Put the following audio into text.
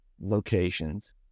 locations